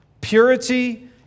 Purity